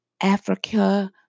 Africa